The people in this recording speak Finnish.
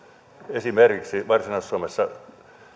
esimerkiksi varsinais suomessa